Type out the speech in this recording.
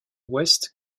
west